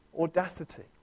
audacity